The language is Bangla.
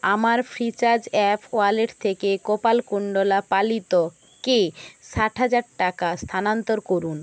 আমার ফ্রিচার্জ অ্যাপ ওয়ালেট থেকে কপালকুণ্ডলা পালিতকে ষাট হাজার টাকা স্থানান্তর করুন